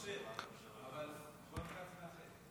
אושר, אבל רון כץ הוא מאחד.